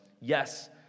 yes